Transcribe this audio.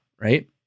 right